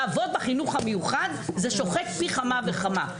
לעבוד בחינוך המיוחד זה שוחק פי כמה וכמה.